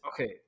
Okay